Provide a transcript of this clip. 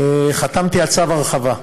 חתמתי על צו הרחבה,